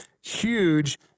huge